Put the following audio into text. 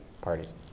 parties